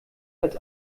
als